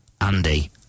Andy